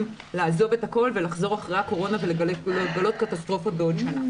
לעזוב את הכול ולחזור אחרי הקורונה ולגלות קטסטרופה בעוד שנה.